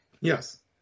yes